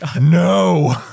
no